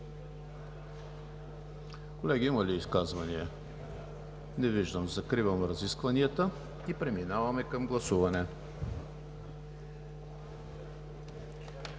Колеги, има ли изказвания? Не виждам. Закривам разискванията и преминаваме към гласуване.